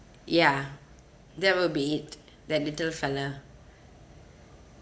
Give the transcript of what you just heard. ya that will be it that little fellow